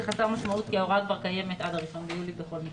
זה חסר משמעות כי ההוראה כבר קיימת עד ה-1 ביולי בכל מקרה.